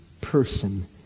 person